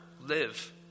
live